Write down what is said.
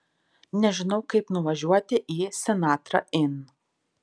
nežinau kaip nuvažiuoti į sinatra inn